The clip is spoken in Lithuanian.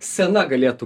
scena galėtų